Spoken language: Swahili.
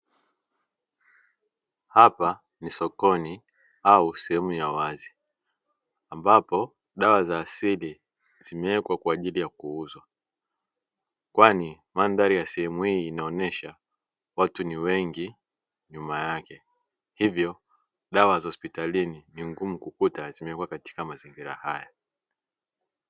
Hapa ni sokoni au sehemu ya wazi, ambapo dawa za asili zimewekwa kwa ajili ya kuuzwa, kwani mandhari ya sehemu hii inaonyesha watu ni wengi nyuma yake, hivyo dawa za hospitalini ni ngumu kukuta zimewekwa katika mazingira haya.